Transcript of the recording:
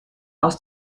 aus